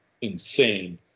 insane –